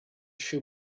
shoe